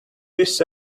this